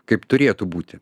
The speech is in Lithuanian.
kaip turėtų būti